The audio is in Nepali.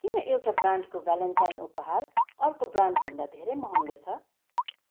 किन एउटा ब्रान्डको भ्यालेन्टाइन उपहार अर्को ब्रान्ड भन्दा धेरै महँगो छ